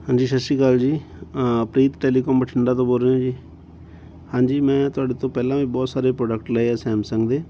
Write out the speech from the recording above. ਹਾਂਜੀ ਸਤਿ ਸ਼੍ਰੀ ਅਕਾਲ ਜੀ ਪ੍ਰੀਤ ਟੈਲੀਕੋਮ ਬਠਿੰਡਾ ਤੋਂ ਬੋਲ ਰਹੇ ਹੋ ਜੀ ਹਾਂਜੀ ਮੈਂ ਤੁਹਾਡੇ ਤੋਂ ਪਹਿਲਾਂ ਵੀ ਬਹੁਤ ਸਾਰੇ ਪ੍ਰੋਡਕਟ ਲਏ ਆ ਸੈਮਸੰਗ ਦੇ